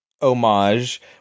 homage